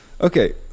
Okay